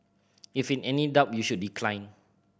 if in any doubt you should decline